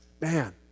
Man